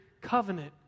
covenant